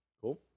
Cool